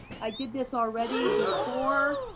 i did this already before,